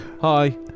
Hi